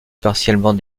partiellement